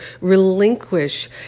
relinquish